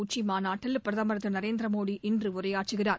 உச்சி மாநாட்டில் பிரதமர் திரு நரேந்திர மோடி இன்று உரையாற்றுகிறார்